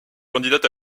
candidate